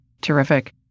Terrific